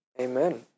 amen